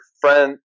friend